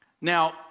now